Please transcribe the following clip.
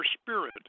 spirit